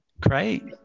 great